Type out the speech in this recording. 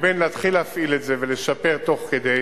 לבין להתחיל להפעיל את זה ולשפר תוך כדי